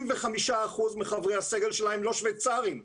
75% מחברי הסגל שלה הם לא שוויצרים,